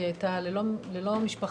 היא הייתה ללא משפחה,